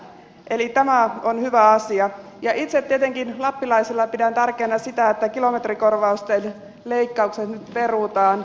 eli tämä on hyvä asia ja itse tietenkin lappilaisena pidän tärkeänä sitä että kilometrikorvausten leikkaukset nyt perutaan